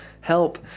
help